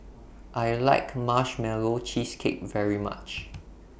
I like Marshmallow Cheesecake very much